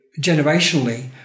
generationally